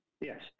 yes